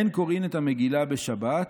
אין קוראין את המגילה בשבת,